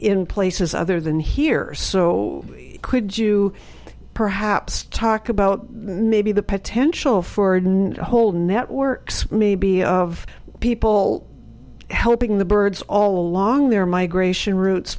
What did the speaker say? in places other than here so could you perhaps talk about maybe the potential for a whole networks maybe of people helping the birds all along their migration ro